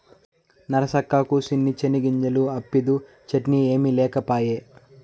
నరసక్కా, కూసిన్ని చెనిగ్గింజలు అప్పిద్దూ, చట్నీ ఏమి లేకపాయే